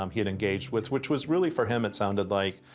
um he had engaged with, which was really, for him, it sounded like,